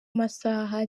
masaha